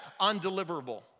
undeliverable